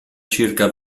circa